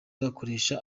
agakoresha